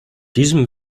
diesem